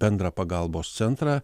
bendrą pagalbos centrą